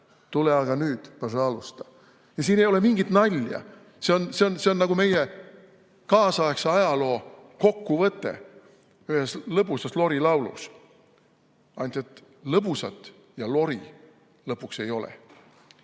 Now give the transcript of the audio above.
tule aga, neid – pasaalusta". Ja siin ei ole mingit nalja. See on nagu meie kaasaegse ajaloo kokkuvõte ühes lõbusas lorilaulus. Ainult et lõbusat ja lori lõpuks ei ole. Nii